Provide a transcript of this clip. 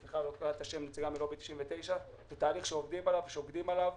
זה תהליך שעובדים עליו